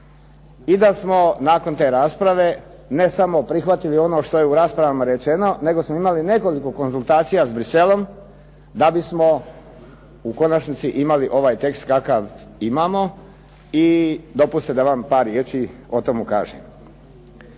i da smo nakon te rasprave ne samo prihvatili ono što je u raspravama rečeno, nego smo imali nekoliko konzultacija s Bruxellesom da bismo u konačnici imali ovaj tekst kakav imamo i dopustite da vam par riječi o tomu kažem.